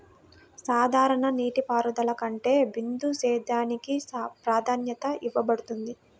సాధారణ నీటిపారుదల కంటే బిందు సేద్యానికి ప్రాధాన్యత ఇవ్వబడుతుంది